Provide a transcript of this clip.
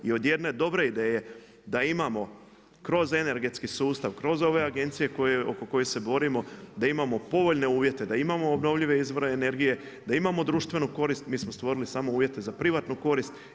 I od jedne dobre ideje da imamo kroz energetski sustav, kroz ove agencije oko kojih se borimo da imamo povoljne uvjete, da imamo obnovljive izvore energije, da imamo društvenu korist mi smo stvorili samo uvjete za privatnu korist.